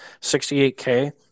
68K